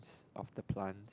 of the plants